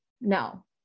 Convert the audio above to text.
No